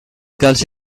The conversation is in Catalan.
calci